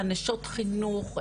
נשות חינוך,